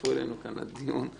שהצטרפו אלינו כאן, לדיון.